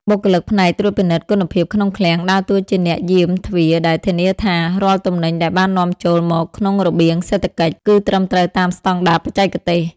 បុគ្គលិកផ្នែកត្រួតពិនិត្យគុណភាពក្នុងឃ្លាំងដើរតួជាអ្នកយាមទ្វារដែលធានាថា រាល់ទំនិញដែលបាននាំចូលមកក្នុងរបៀងសេដ្ឋកិច្ចគឺត្រឹមត្រូវតាមស្តង់ដារបច្ចេកទេស។